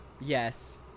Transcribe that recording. yes